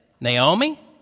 Naomi